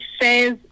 says